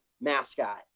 mascot